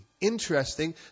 Interesting